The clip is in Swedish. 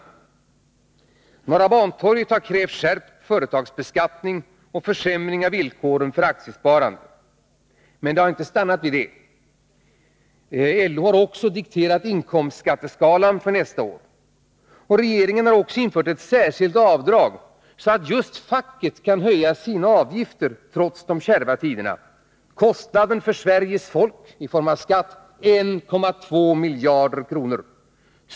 På Norra Bantorget här i Stockholm har det krävts skärpt företagsbeskattning och försämring av villkoren för aktiesparande. Men det har icke stannat vid detta. LO har också dikterat inkomstskatteskalan för nästa år. Regeringen har dessutom infört ett särskilt avdrag så att just facket kan höja sina avgifter trots de kärva tiderna. Kostnaden för Sveriges folk i form av skatt: 1,2 miljarder kronor.